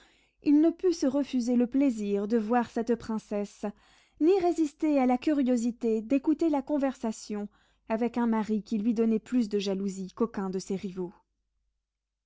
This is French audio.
il ne put se refuser le plaisir de voir cette princesse ni résister à la curiosité d'écouter la conversation avec un mari qui lui donnait plus de jalousie qu'aucun de ses rivaux